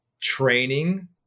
training